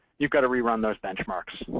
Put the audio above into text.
you've got to rerun those benchmarks,